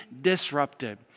disrupted